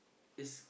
it's